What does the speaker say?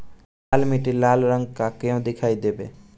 लाल मीट्टी लाल रंग का क्यो दीखाई देबे?